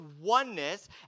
oneness